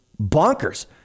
bonkers